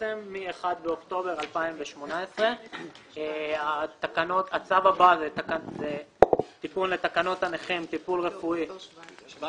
מ-1 באוקטובר 2017. אני עובר לתקנות הנכים (טיפול רפואי)(הוראת